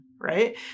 right